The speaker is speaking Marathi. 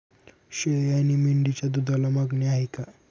शेळी आणि मेंढीच्या दूधाला मागणी आहे का?